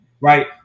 right